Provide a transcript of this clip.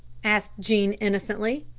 asked jean innocently.